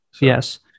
yes